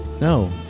No